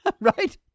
Right